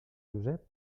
josep